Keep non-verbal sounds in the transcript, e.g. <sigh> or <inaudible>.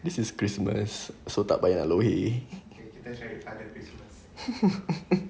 this is christmas so tak payah lohei <laughs>